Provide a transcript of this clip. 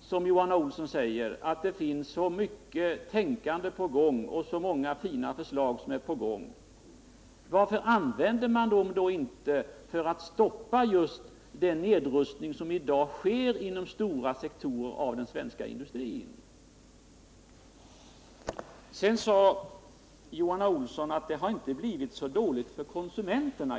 som Johan Olsson säger, att det finns så mycket tänkande på gång och så många fina förslag, varför använder man dem då inte till att stoppa just den nedrustning som i dag pågår inom stora sektorer av den svenska industrin? Sedan sade Johan Olsson att det egentligen inte har blivit så dåligt för konsumenterna.